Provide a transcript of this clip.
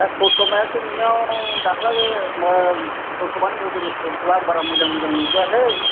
दा स'समायासो नोंनियाव दाख्लै स'समानि मडेलफोरखौ आं बारा मोजां मोजां नुबोआखै